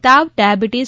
તાવ ડાયાબીટીસ